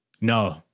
No